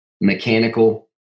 mechanical